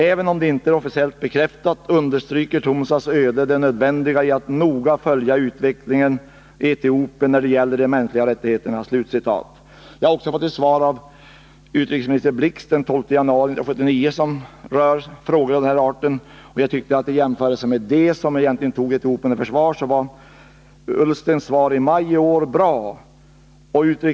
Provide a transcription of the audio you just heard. Även om det inte är officiellt bekräftat, understryker Tumsas öde det nödvändiga i att noga följa utvecklingen i Etiopien, när det gäller de mänskliga rättigheterna. Jag har också fått ett svar av utrikesminister Blix den 12 januari 1979 som rör frågor av den här arten. I jämförelse med det, som egentligen tog Etiopien i försvar, tycker jag att utrikesminister Ullstens svar i maj i år var bra.